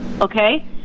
Okay